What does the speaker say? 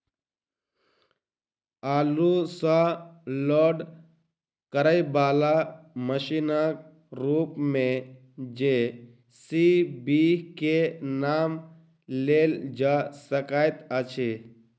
आगू सॅ लोड करयबाला मशीनक रूप मे जे.सी.बी के नाम लेल जा सकैत अछि